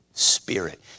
Spirit